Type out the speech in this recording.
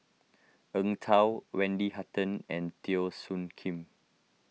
Eng Tow Wendy Hutton and Teo Soon Kim